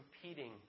competing